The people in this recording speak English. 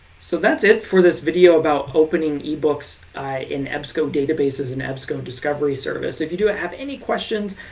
so that's it for this video about opening ebooks in ebsco databases and ebsco discovery service. if you do have any questions,